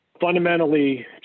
fundamentally